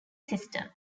system